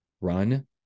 run